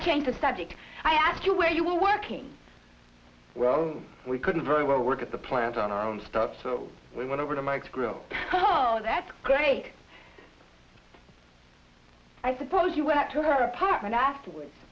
to change the subject i asked you where you were working well we couldn't very well work at the plant on our own stuff so we went over to mike's grill oh that's great i suppose you went to her apartment afterwards